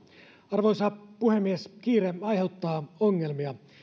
arvoisa puhemies kiire aiheuttaa ongelmia